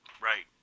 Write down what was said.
Right